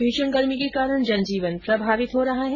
भीषण गर्मी के कारण जन जीवन प्रभावित हो रहा है